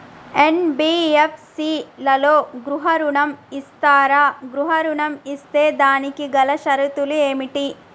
NBFC లలో గృహ ఋణం ఇస్తరా? గృహ ఋణం ఇస్తే దానికి గల షరతులు ఏమిటి?